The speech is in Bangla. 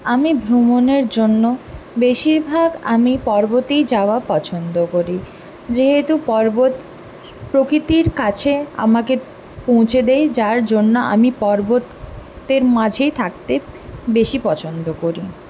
আমি ভ্রমণের জন্য বেশিরভাগ আমি পর্বতেই যাওয়া পছন্দ করি যেহেতু পর্বত প্রকৃতির কাছে আমাকে পৌঁছে দেয় যার জন্য আমি পর্বতের মাঝেই থাকতে বেশি পছন্দ করি